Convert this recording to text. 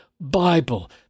Bible